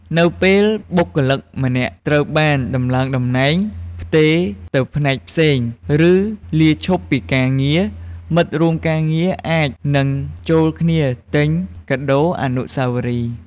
នៅពេលបុគ្គលិកម្នាក់ត្រូវបានដំឡើងតំណែង ផ្ទេរទៅផ្នែកផ្សេង ឬលាឈប់ពីការងារ មិត្តរួមការងារអាចនឹងចូលគ្នាទិញ កាដូរអនុស្សាវរីយ៍។